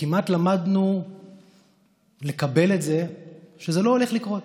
וכמעט למדנו לקבל את זה שלא הולך לקרות,